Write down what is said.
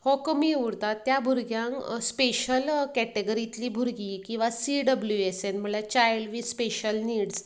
हो कमी उरता त्या भुरग्यांक स्पेशल कॅटॅगरींतली भुरगी किंवां सी डब्ल्यू एस एन म्हणल्यार चायल्ड विथ स्पेशल निड्स